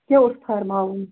کیٛاہ اوس فرماوُن